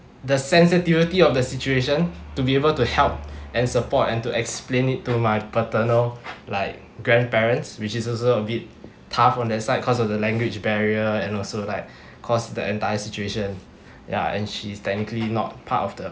the sensitivity of the situation to be able to help and support and to explain it to my paternal like grandparents which is also a bit tough on that side cause of the language barrier and also like cause the entire situation ya and she's technically not part of the